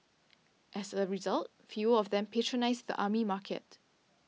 as a result fewer of them patronise the army market